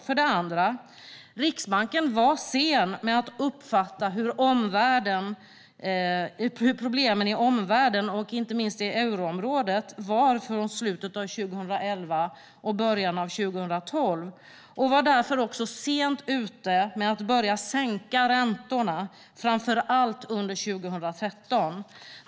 För det andra: Riksbanken var sen med att uppfatta hur omfattande problemen i omvärlden och inte minst i euroområdet var i slutet av 2011 och början av 2012. Man var därför också sent ute med att börja sänka räntorna, framför allt under 2013.